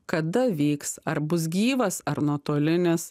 kada vyks ar bus gyvas ar nuotolinis